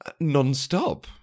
nonstop